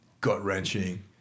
gut-wrenching